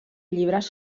llibres